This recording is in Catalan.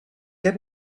què